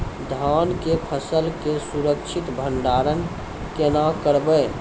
धान के फसल के सुरक्षित भंडारण केना करबै?